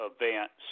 events